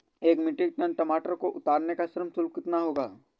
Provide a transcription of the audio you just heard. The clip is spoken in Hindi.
एक मीट्रिक टन टमाटर को उतारने का श्रम शुल्क कितना होगा?